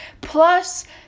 Plus